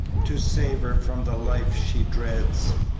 to save her from the life she dreads.